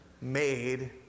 Made